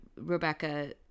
Rebecca